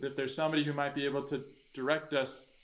there's somebody who might be able to direct us,